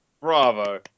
bravo